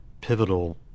pivotal